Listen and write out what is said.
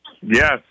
Yes